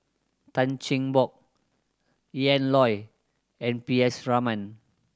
Tan Cheng Bock Ian Loy and P S Raman